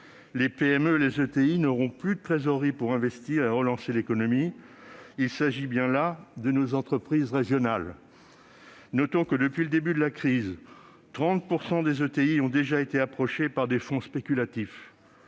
Les PME et les ETI n'auront plus de trésorerie pour investir et relancer l'économie, alors qu'il s'agit bien là d'entreprises régionales. Il est à noter que, depuis le début de la crise, 30 % des ETI ont déjà été approchées par des fonds spéculatifs.